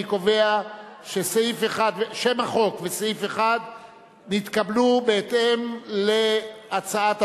אני קובע ששם החוק וסעיף 1 נתקבלו בהתאם להצעת הוועדה.